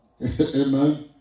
Amen